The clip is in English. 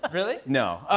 really? no.